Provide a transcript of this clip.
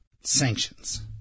sanctions